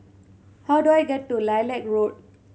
how do I get to Lilac Road